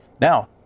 Now